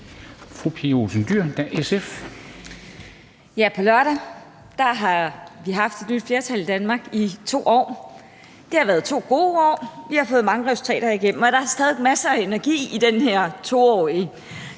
Pia Olsen Dyhr (SF): På lørdag har vi haft et nyt flertal i Danmark i 2 år. Det har været 2 gode år, vi har fået mange resultater igennem, og der er stadig masser af energi i den her 2-årige.